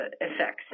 effects